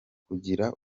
kugira